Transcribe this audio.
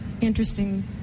interesting